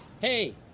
Hey